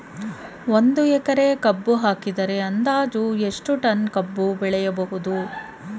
ಒಂದು ಎಕರೆ ಕಬ್ಬು ಹಾಕಿದರೆ ಅಂದಾಜು ಎಷ್ಟು ಟನ್ ಕಬ್ಬು ಬೆಳೆಯಬಹುದು?